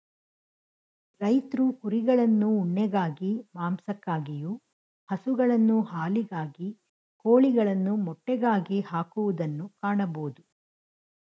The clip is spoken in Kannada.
ರೈತ್ರು ಕುರಿಗಳನ್ನು ಉಣ್ಣೆಗಾಗಿ, ಮಾಂಸಕ್ಕಾಗಿಯು, ಹಸುಗಳನ್ನು ಹಾಲಿಗಾಗಿ, ಕೋಳಿಗಳನ್ನು ಮೊಟ್ಟೆಗಾಗಿ ಹಾಕುವುದನ್ನು ಕಾಣಬೋದು